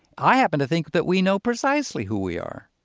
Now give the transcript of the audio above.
i happen to think that we know precisely who we are